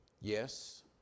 Yes